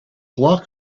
croire